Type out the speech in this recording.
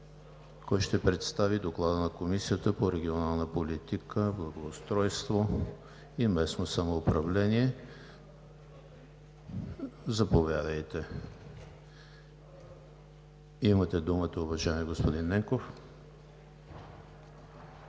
Кой ще представи Доклада на Комисията по регионална политика, благоустройство и местно самоуправление? Заповядайте, уважаеми господин Ненков,